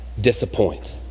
disappoint